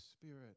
Spirit